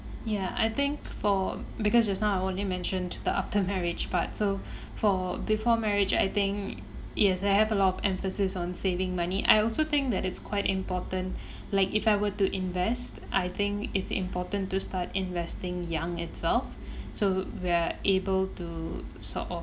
ya I think for because just now I only mentioned the after marriage part so for before marriage I think yes I have a lot of emphasis on saving money I also think that it's quite important like if I were to invest I think it's important to start investing young itself so we're able to sort of